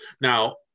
Now